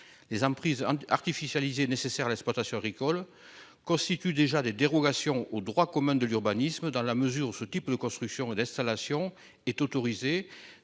Les emprises artificialisées nécessaires à l'exploitation agricole constituent déjà des dérogations au droit commun de l'urbanisme, dans la mesure où ce type de constructions et d'installations est autorisé